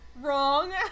wrong